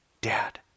Dad